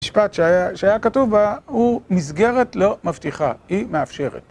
המשפט שהיה... שהיה כתוב בה, הוא "מסגרת לא מבטיחה, היא מאפשרת".